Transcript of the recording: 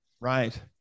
Right